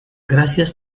gràcies